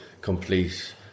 complete